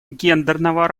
гендерного